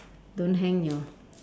don't hang your